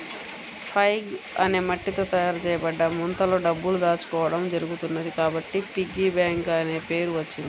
pig అనే మట్టితో తయారు చేయబడ్డ ముంతలో డబ్బులు దాచుకోవడం జరుగుతున్నది కాబట్టి పిగ్గీ బ్యాంక్ అనే పేరు వచ్చింది